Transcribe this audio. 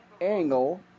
angle